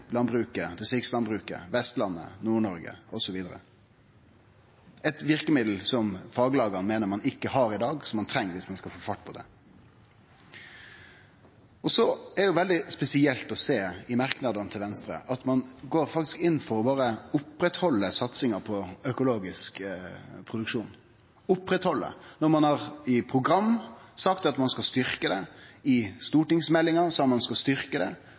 Vestlandet, i Nord-Norge osv. Det er eit verkemiddel som faglaga meiner at ein ikkje har i dag, men som ein treng om ein skal få fart på det. Så er det veldig spesielt å sjå at ein i merknadene til Venstre går inn for berre å oppretthalde satsinga på økologisk produksjon, når ein i programmet sitt og i stortingsmeldinga har sagt at ein skal